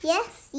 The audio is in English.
Yes